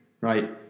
Right